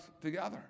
together